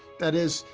that is,